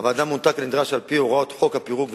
הוועדה מונתה כנדרש על-פי הוראות חוק הפירוק,